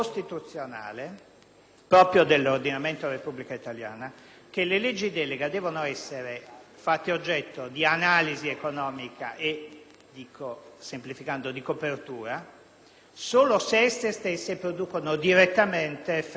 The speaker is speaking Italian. proprio dell'ordinamento della Repubblica italiana, che le leggi delega devono essere fatte oggetto di analisi economica e, semplificando, di copertura solo se esse stesse producono direttamente effetti economici.